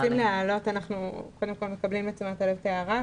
אם מקבלים את ההערה.